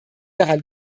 daran